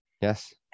Yes